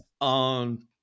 on